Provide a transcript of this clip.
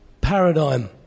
paradigm